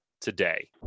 today